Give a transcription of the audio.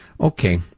Okay